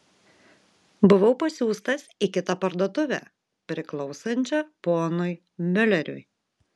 buvau pasiųstas į kitą parduotuvę priklausančią ponui miuleriui